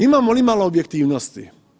Imamo li imalo objektivnosti?